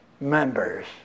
members